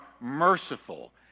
merciful